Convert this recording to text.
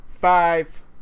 five